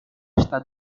está